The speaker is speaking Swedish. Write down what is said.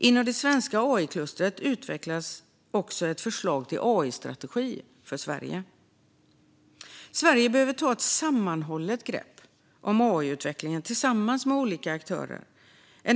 Inom det svenska AI-klustret utvecklas även ett förslag till AI-strategi för Sverige. Sverige behöver tillsammans med olika aktörer ta ett sammanhållet grepp om AI-utvecklingen.